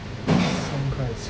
三块